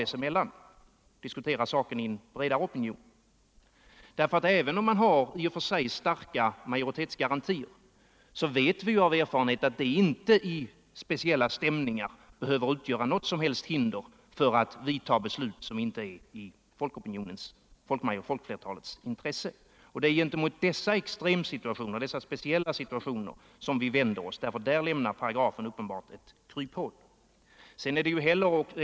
På det viset får också en bredare opinion tillfälle att ta ställning. Även om man har en stark majoritetsgaranti, vet vi av erfarenhet att det i speciella stämningar inte behöver utgöra något som helst hinder för att fatta beslut som inte är i linje med folkflertalets intressen. Det är mot sådana extrema situationer som vi vänder oss. Där finns det uppenbarligen ett kryphål i paragrafen.